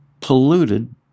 polluted